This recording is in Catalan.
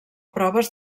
proves